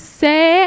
say